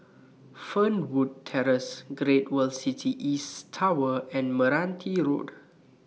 Fernwood Terrace Great World City East Tower and Meranti Road